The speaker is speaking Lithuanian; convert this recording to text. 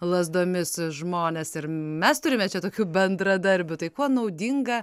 lazdomis žmones ir mes turime čia tokių bendradarbių tai kuo naudinga